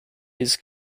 his